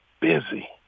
busy